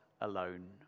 alone